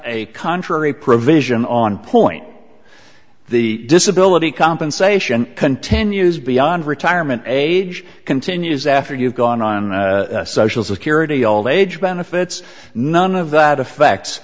a contrary provision on point the disability compensation continues beyond retirement age continues after you've gone on social security all age benefits none of that affects